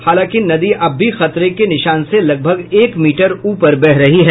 हालांकि नदी अब भी खतरे के निशान से लगभग एक मीटर ऊपर बह रही है